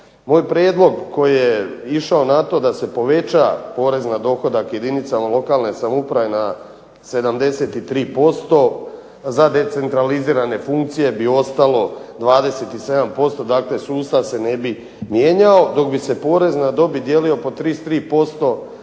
Moj prijedlog koji je išao na to da se poveća porez na dohodak jedinicama lokalne samouprave na 73% za decentralizirane funkcije bi ostalo 27%, dakle sustav se ne bi mijenjao, dok bi se porez na dobit dijelio po 33%